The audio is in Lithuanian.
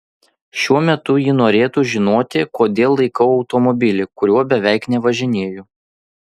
šiuo metu ji norėtų žinoti kodėl laikau automobilį kuriuo beveik nevažinėju